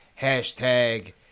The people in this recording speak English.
hashtag